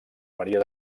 maria